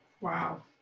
Wow